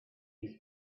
use